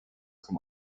zum